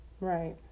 Right